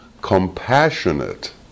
compassionate